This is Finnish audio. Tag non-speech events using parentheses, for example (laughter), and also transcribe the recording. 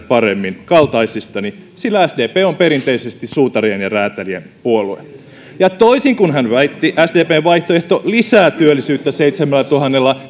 (unintelligible) paremmin kaltaisistani sillä sdp on perinteisesti suutarien ja räätälien puolue ja toisin kuin hän väitti sdpn vaihtoehto lisää työllisyyttä seitsemällätuhannella (unintelligible)